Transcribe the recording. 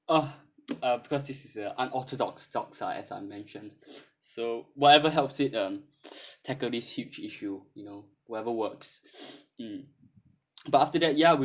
oh uh because this is a unorthodox doc as I mentioned so whatever helps it um tackle this huge issue you know whoever works mm but after that ya